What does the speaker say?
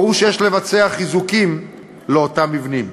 ברור שיש לבצע חיזוקים לאותם מבנים.